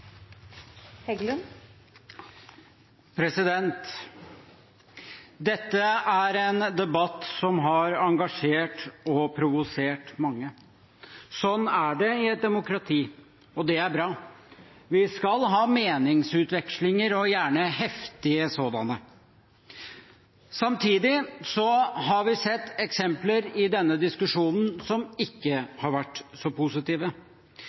det i et demokrati, og det er bra. Vi skal ha meningsutvekslinger og gjerne heftige sådanne. Samtidig har vi sett eksempler i denne diskusjonen som ikke har vært så positive.